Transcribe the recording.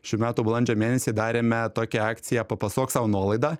šių metų balandžio mėnesį darėme tokią akciją papasuok sau nuolaidą